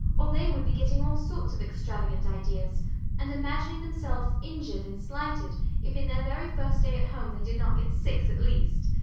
or they would be getting all sorts of extravagant ideas and imagining themselves injured and slighted if in their very first day at home they did not get six at least.